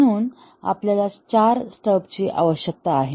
म्हणून आपल्याला चार स्टब्सची आवश्यकता आहे